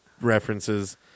references